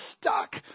stuck